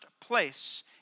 place